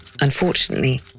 Unfortunately